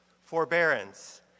forbearance